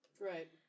Right